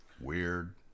Weird